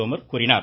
தோமர் கூறினார்